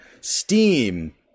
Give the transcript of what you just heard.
steam